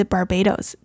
Barbados